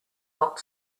not